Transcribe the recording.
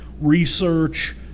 research